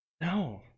No